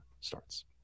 starts